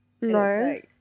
No